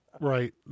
Right